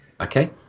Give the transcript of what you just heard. Okay